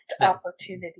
opportunity